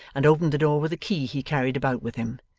and opened the door with a key he carried about with him.